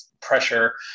pressure